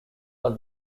was